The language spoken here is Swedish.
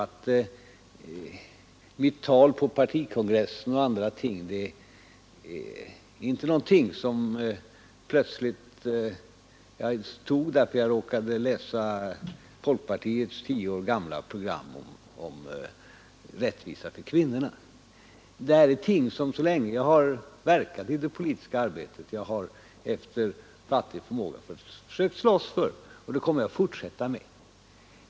Men mitt tal på partikongressen var ju ingenting som jag höll bara därför att jag hade råkat läsa folkpartiets 10 år gamla program om rättvisa för kvinnorna. Det är i stället någonting som jag så länge jag verkat i det politiska arbetet har försökt slåss för efter fattig förmåga. Och det kommer jag att fortsätta med.